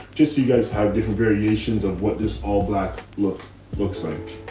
just so you guys have different variations of what this all black look looks like.